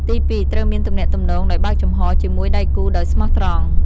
ទីពីរ ត្រូវមាន ទំនាក់ទំនងដោយបើកចំហរ ជាមួយដៃគូដោយស្មោះត្រង់។